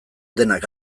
denak